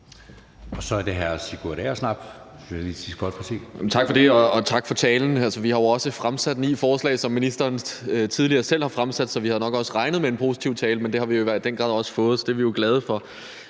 Kl. 15:23 Sigurd Agersnap (SF): Tak for det, og tak for talen. Vi har jo fremsat ni forslag, som ministeren tidligere selv har fremsat, så vi havde nok også regnet med en positiv tale, og det har vi i den grad også fået. Så det er vi glade for.